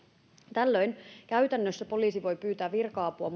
tällöin käytännössä poliisi voi pyytää virka apua